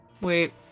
Wait